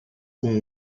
com